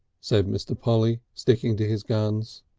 said mr. polly, sticking to his guns.